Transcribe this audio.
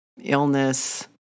illness